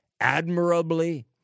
admirably